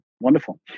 Wonderful